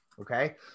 Okay